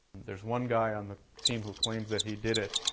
there's one guy on the team who claims that he did it.